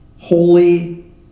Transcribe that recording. holy